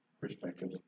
perspective